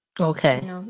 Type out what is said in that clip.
Okay